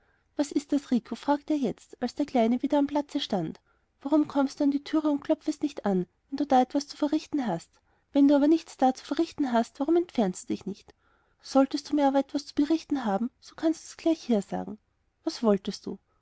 was ist das rico fragte er jetzt als der kleine wieder am platze stand warum kommst du an eine tür und klopfest nicht an wenn du da etwas zu verrichten hast wenn du aber nichts da zu verrichten hast warum entfernst du dich nicht solltest du mir aber etwas zu berichten haben so kannst du's gleich hier sagen was wolltest du